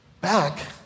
back